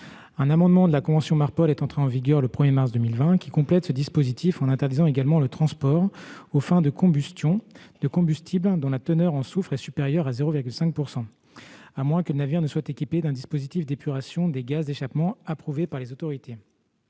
Un amendement à la convention Marpol est entré en vigueur le 1 mars 2020. Il complète ce dispositif en interdisant également le transport, aux fins de combustion, de combustibles dont la teneur en soufre est supérieure à 0,50 %, à moins que le navire ne soit équipé d'un dispositif d'épuration des gaz d'échappement approuvé par les autorités.